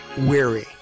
weary